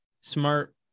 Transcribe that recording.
Smart